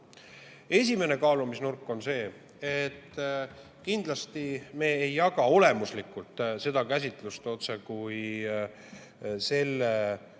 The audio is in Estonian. Esimene kaalumisnurk on see, et kindlasti me ei jaga olemuslikult seda käsitlust, otsekui selle